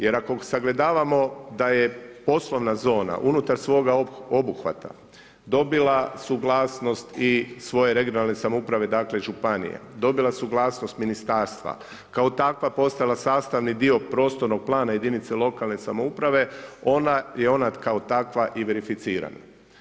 Jer ako sagledavamo da je poslovna zona unutar svoga obuhvata dobila suglasnost i svoje regionalne samouprave dakle županije, dobila suglasnost ministarstva kao takva postala sastavni dio prostornog plana jedinice lokalne samouprave ona je kao takva i verificirana.